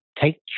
take